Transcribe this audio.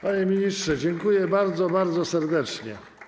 Panie ministrze, dziękuję bardzo, bardzo serdecznie.